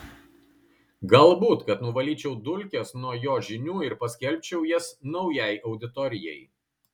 galbūt kad nuvalyčiau dulkes nuo jo žinių ir paskelbčiau jas naujai auditorijai